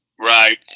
right